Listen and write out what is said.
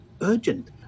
urgent